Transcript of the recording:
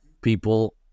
people